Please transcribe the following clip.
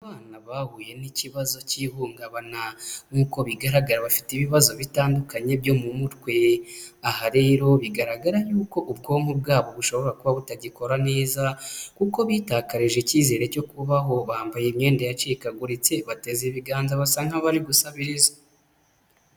Abana bahuye n'ikibazo cy'ihungabana, nk'uko bigaragara bafite ibibazo bitandukanye byo mu mutwe, aha rero bigaragara yuko ubwonko bwabo bushobora kuba butagikora neza, kuko bitakarije icyizere cyo kubaho, bambaye imyenda yacikaguritse, bateze ibiganza basa nk'abari gusabiriza.